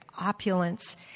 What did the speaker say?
opulence